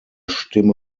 stimme